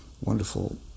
wonderful